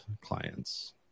clients